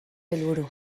helburu